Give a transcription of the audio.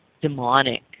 demonic